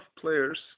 players